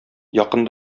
якын